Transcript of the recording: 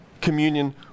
communion